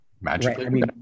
magically